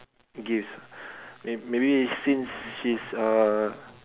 gifts may maybe since she's a